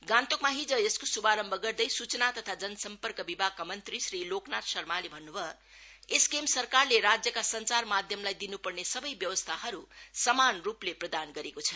गान्तोकमा हिज यसको शुभारमभ गर्दै सूचना तथा जनसम्पर्क विभागका मंत्री श्री लोकनाथ शर्माले भन्न्भयो एसकेएम सरकारले राज्यका संचार माध्यमलाई दिन् पर्ने सबै व्यावस्थाहरू समान रूपले प्रदान गरेको छ